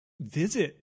visit